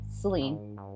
Celine